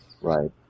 Right